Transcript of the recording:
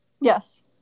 yes